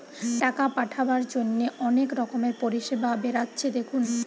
টাকা পাঠাবার জন্যে অনেক রকমের পরিষেবা বেরাচ্ছে দেখুন